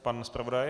Pan zpravodaj?